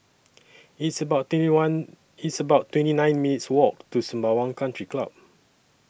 It's about twenty one It's about twenty nine minutes' Walk to Sembawang Country Club